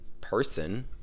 person